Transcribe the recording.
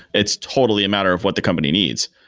it's totally a matter of what the company needs,